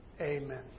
Amen